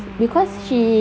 oh